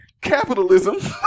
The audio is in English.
capitalism